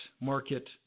market